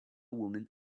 woman